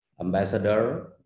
Ambassador